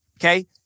okay